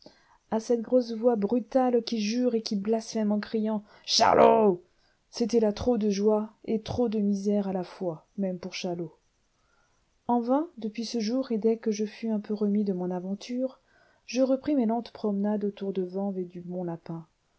à cette grosse voix brutale qui jure et qui blasphème en criant charlot c'était là trop de joie et trop de misère à la fois même pour charlot en vain depuis ce jour et dès que je fus un peu remis de mon aventure je repris mes lentes promenades autour de vanves et du bon lapin